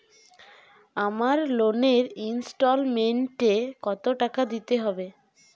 আমার লোনের ইনস্টলমেন্টৈ কত টাকা দিতে হবে?